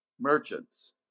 merchants